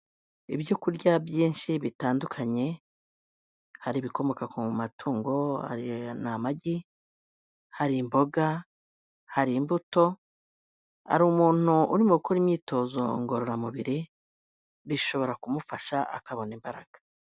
Ibyo kurya byinshi bitandukanye, hari ibikomoka ku matungo aya ni amagi, hari imboga, hari imbuto, hari umuntu urimo gukora imyitozo ngororamubiri bishobora kumufasha akabona imbaraga.